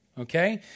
okay